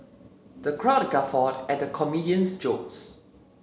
the crowd guffawed at the comedian's jokes